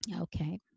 Okay